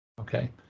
Okay